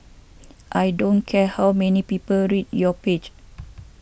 I don't care how many people read your page